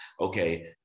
okay